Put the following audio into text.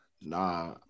Nah